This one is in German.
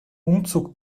umzug